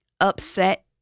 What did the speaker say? upset